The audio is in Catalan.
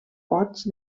bots